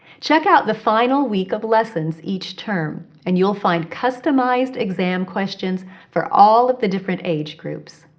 check out the final week of lessons each term, and you will find customized exam questions for all of the different age groups.